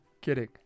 Kidding